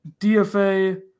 DFA